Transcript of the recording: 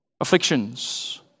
afflictions